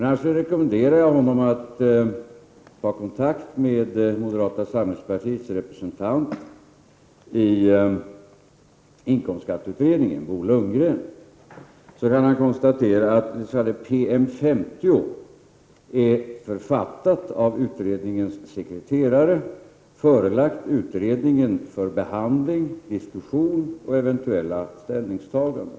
Jag rekommenderar honom att i så fall ta kontakt med moderata samlingspartiets representant i inkomstskatteutredningen, Bo Lundgren, som kan konstatera att PM 50 är författad av utredningens sekreterare och förelagd utredningen för behandling, diskussion och eventuella ställningstaganden.